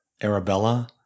Arabella